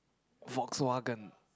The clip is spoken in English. Volkswagen